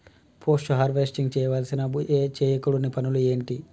Post harvesting చేయవలసిన చేయకూడని పనులు ఏంటి?